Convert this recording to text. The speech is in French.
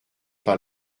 par